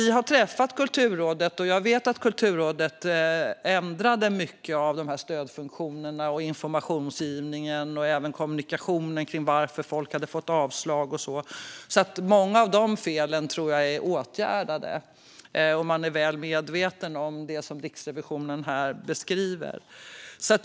Vi har träffat Kulturrådet. Jag vet att Kulturrådet ändrade mycket i stödfunktionerna och informationsgivningen och även i kommunikationen om varför folk hade fått avslag, så många av de felen tror jag är åtgärdade. Man är också väl medveten om det som Riksrevisionen beskriver.